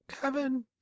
Kevin